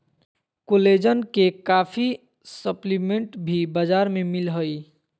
collagen के काफी supplement भी बाजार में मिल हइ